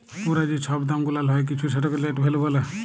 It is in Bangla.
পুরা যে ছব দাম গুলাল হ্যয় কিছুর সেটকে লেট ভ্যালু ব্যলে